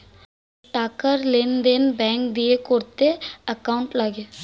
টাকার লেনদেন ব্যাঙ্ক দিয়ে করতে অ্যাকাউন্ট লাগে